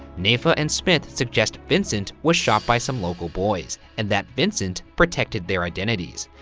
naifeh ah and smith suggest vincent was shot by some local boys, and that vincent protected their identities.